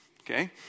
okay